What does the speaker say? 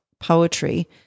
poetry